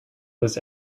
this